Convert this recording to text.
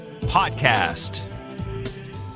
Podcast